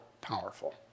powerful